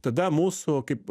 tada mūsų kaip